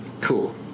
Cool